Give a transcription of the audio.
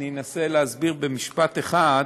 אנסה להסביר את זה במשפט אחד.